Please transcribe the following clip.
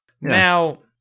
Now